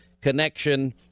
connection